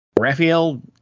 Raphael